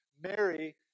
Mary